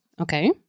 Okay